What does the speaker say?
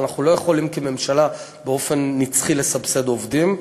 אנחנו לא יכולים כממשלה באופן נצחי לסבסד עובדים,